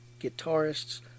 guitarists